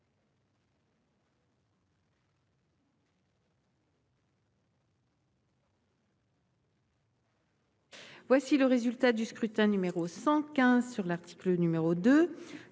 Voici le résultat du scrutin numéro 115 sur l'article numéro 2